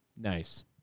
Nice